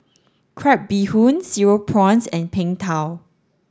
crab bee hoon cereal prawns and Png Tao